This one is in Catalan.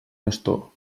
bastó